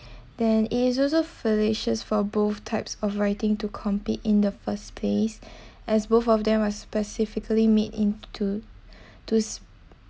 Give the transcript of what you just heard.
then is also fallacious for both types of writing to compete in the first place as both of them are specifically made in to to